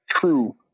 true